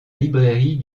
librairie